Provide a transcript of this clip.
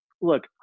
look